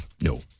No